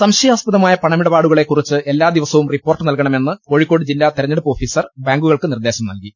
സംശയാസ്പദമായ പണമിടപാടുകളെ കുറിച്ച് എല്ലാ ദിവസവും റിപ്പോർട്ട് നൽകണമെന്ന് കോഴിക്കോട് ജില്ലാ തെരഞ്ഞെടുപ്പ് ഓഫീ സർ ബാങ്കുകൾക്ക് നിർദേശം നൽകി